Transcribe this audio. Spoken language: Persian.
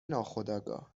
ناخودآگاه